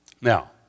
Now